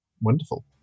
Wonderful